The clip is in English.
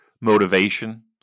motivation